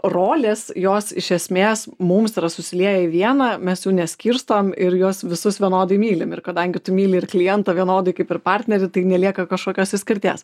rolės jos iš esmės mums yra susilieja į vieną mes jų neskirstom ir juos visus vienodai mylim ir kadangi tu myli ir klientą vienodai kaip ir partnerį tai nelieka kažkokios išskirties